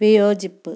വിയോജിപ്പ്